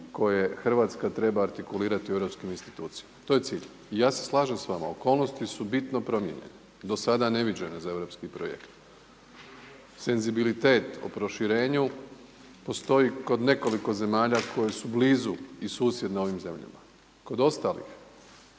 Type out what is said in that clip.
koje Hrvatska treba artikulirati u europskim institucijama. To je cilj i ja se slažem s vama. Okolnosti su bitno promijenjene do sada neviđene za europski projekt. Senzibilitet o proširenju postoji kod nekoliko zemalja koje su blizu i susjedne ovim zemljama. Kod ostalih